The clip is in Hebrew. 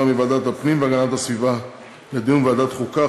מוועדת הפנים והגנת הסביבה לדיון בוועדת החוקה,